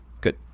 good